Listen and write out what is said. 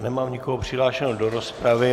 Nemám nikoho přihlášeného do rozpravy.